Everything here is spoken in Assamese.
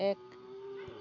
এক